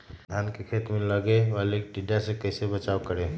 धान के खेत मे लगने वाले टिड्डा से कैसे बचाओ करें?